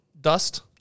dust